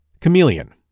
chameleon